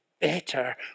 better